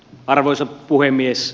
arvoisa puhemies